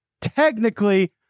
technically